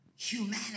Humanity